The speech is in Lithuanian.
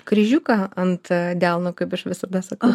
kryžiuką ant delno kaip aš visada sakau